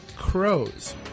crows